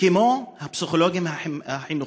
כמו הפסיכולוגים החינוכיים.